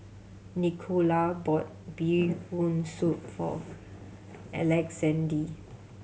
Nicola bought Bee Hoon Soup for Alexande